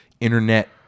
internet